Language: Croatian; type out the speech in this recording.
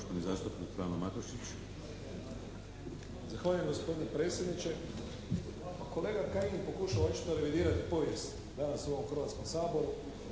Hvala.